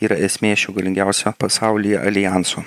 yra esmė šio galingiausio pasaulyje aljanso